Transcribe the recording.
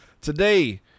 today